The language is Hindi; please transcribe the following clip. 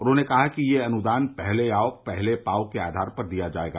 उन्होने कहा कि यह अनुदान पहले आओ पहले पाओ के आधार पर दिया जायेगा